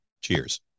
Cheers